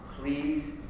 Please